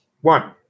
one